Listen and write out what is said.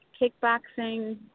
Kickboxing